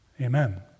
amen